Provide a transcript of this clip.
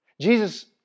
Jesus